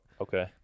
Okay